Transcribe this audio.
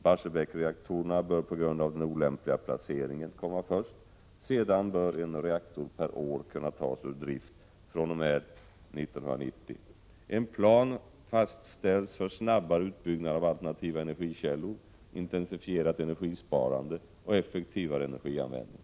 Barsebäcksreaktorerna bör på grund av den olämpliga placeringen komma först. Sedan bör en reaktor per år kunna tas ur drift fr.o.m. 1990. e En plan fastställs för snabbare utbyggnad av alternativa energikällor, intensifierat energisparande och effektivare energianvändning.